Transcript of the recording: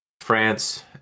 France